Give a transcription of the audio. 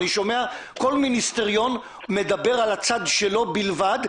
אני שומע כל מיניסטריון מדבר על הצד שלו בלבד,